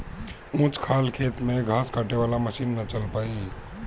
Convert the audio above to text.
ऊंच खाल खेत में घास काटे वाला मशीन ना चल पाई